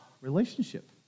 Relationship